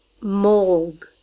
Mold